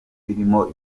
birimo